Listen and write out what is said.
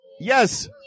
Yes